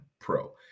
pro